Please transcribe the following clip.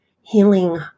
healing